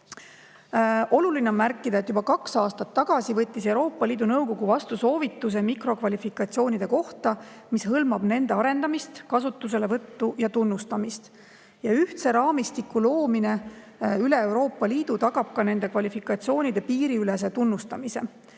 Oluline on märkida, et juba kaks aastat tagasi võttis Euroopa Liidu Nõukogu mikrokvalifikatsioonide kohta vastu soovituse, mis hõlmab nende arendamist, kasutuselevõttu ja tunnustamist. Ühtse raamistiku loomine üle Euroopa Liidu tagab ka nende kvalifikatsioonide piiriülese tunnustamise.